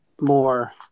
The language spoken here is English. more